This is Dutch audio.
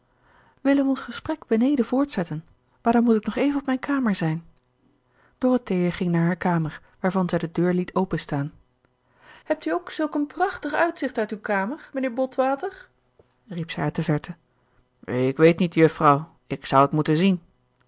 willen wij ons gesprek beneden voortzetten maar dan moet ik nog even op mijn kamer zijn dorothea ging naar hare kamer waarvan zij de deur liet openstaan hebt u ook zulk een prachtig uitzicht uit uw kamer mijnheer botwater riep zij uit de verte ik weet niet jufvrouw ik zou het moeten zien